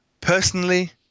Personally